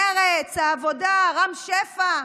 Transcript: מרצ, העבודה, רם שפע,